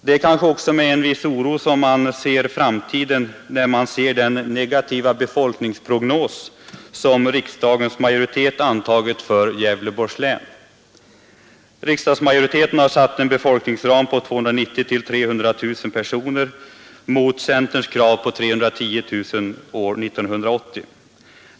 Det är också med en viss oro man ser framtiden an när man tar del av den negativa befolkningsprognos som riksdagsmajoriteten antagit för Gävleborgs län. Riksdagsmajoriteten har satt upp en befolkningsram på 290 000-300 000 personer mot centerns krav på 310 000 personer år 1980.